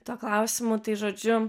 tuo klausimu tai žodžiu